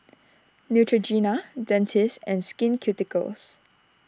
Neutrogena Dentiste and Skin Ceuticals